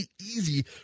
easy